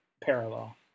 parallel